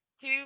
two